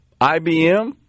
IBM